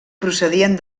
procedien